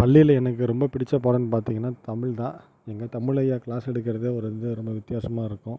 பள்ளியில் எனக்கு ரொம்ப பிடித்த பாடோம்னு பார்த்தீங்கன்னா தமிழ் தான் எங்க தமிழ் ஐயா கிளாஸ் எடுக்கிறதே அவர் வந்து ரொம்ப வித்தியாசமாக இருக்கும்